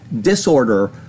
disorder